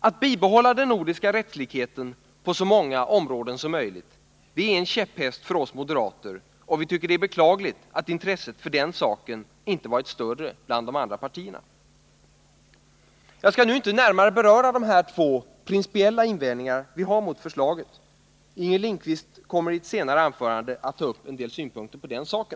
Att bibehålla den nordiska rättslikheten på så många områden som möjligt är en käpphäst för oss moderater, och vi tycker det är beklagligt att intresset för den saken inte varit större bland de andra partierna. Jag skall nu inte närmare beröra de här två principiella invändningarna vi har mot förslaget. Inger Lindquist kommer i ett senare anförande att ta upp 24 en del synpunkter på den saken.